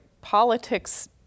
politics